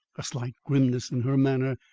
a slight grimness in her manner,